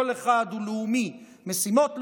כל אחד הוא לאומי: משימות לאומיות,